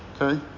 Okay